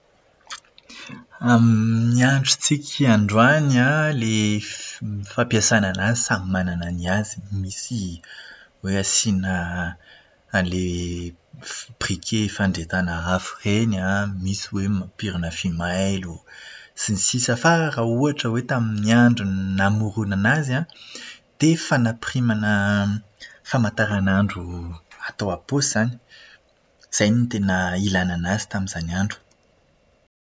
Amin'ny androntsika androany an, ilay f- fampiasàna anazy samy manana ny azy. Misy hoe asiana an'ilay brike fandrehetana afo ireny an, misy hoe mampirina fimailo, sy ny sisa. Fa raha ohatra hoe tamin'ny andro namoronana azy an, dia fanapirimana famantaranandro atao am-paosy izany. Izay no tena nilàna anazy tamin'izany andro.